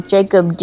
Jacob